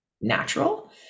natural